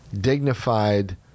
dignified